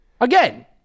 Again